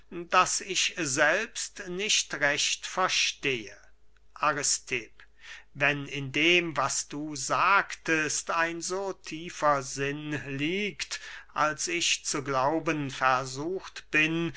das ich selbst nicht recht verstehe aristipp wenn in dem was du sagtest ein so tiefer sinn liegt als ich zu glauben versucht bin